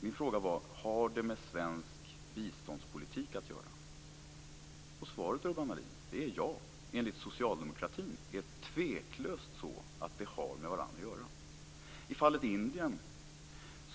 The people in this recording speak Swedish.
Min fråga var: Har det med svensk biståndspolitik att göra? Svaret, Urban Ahlin, är ja. Enligt socialdemokratin är det tveklöst så att det har med vartannat att göra. I fallet Indien